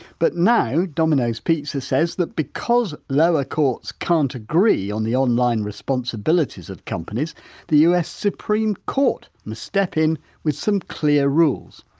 but now domino's pizza says that because lower courts can't agree on the online responsibilities of companies the us supreme court must step in with some clear rules.